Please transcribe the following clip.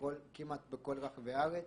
כמעט בכל רחבי הארץ,